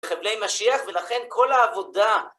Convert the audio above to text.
חבלי משיח, ולכן כל העבודה.